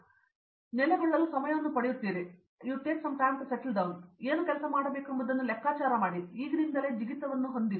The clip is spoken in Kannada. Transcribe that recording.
ಆದ್ದರಿಂದ ನೀವು ನೆಲೆಗೊಳ್ಳಲು ಸಮಯವನ್ನು ಪಡೆಯುತ್ತೀರಿ ಮತ್ತು ಕೆಲಸ ಮಾಡಲು ಏನು ಮಾಡಬೇಕೆಂಬುದನ್ನು ಲೆಕ್ಕಾಚಾರ ಮಾಡಿ ಮತ್ತು ನೀವು ಈಗಿನಿಂದಲೇ ಜಿಗಿತವನ್ನು ಹೊಂದಿಲ್ಲ